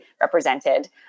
represented